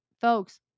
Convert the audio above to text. folks